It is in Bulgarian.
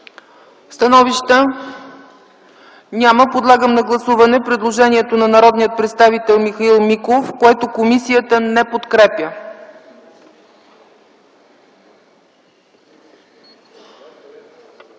становища? Няма. Подлагам на гласуване предложението на народния представител Михаил Миков, което не се подкрепя